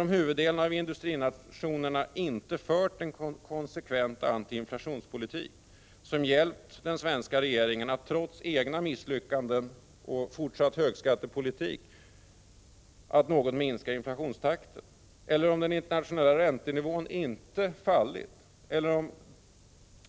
Om huvuddelen av industrinationerna inte fört en konsekvent antiinflationspolitik som hjälpt den svenska regeringenatt trots egna misslyckanden och en fortsatt högskattepolitik något minska inflationstakten? Om den internationella räntenivån inte fallit? Om